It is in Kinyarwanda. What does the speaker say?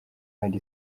hari